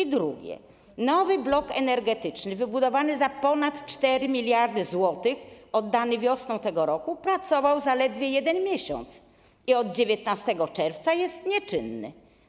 Po drugie, nowy blok energetyczny wybudowany za ponad 4 mld zł, oddany wiosną tego roku pracował zaledwie 1 miesiąc i od 19 czerwca jest nieczynny.